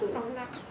中辣